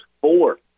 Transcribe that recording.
four